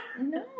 No